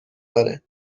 داره